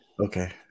okay